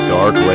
Dark